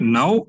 now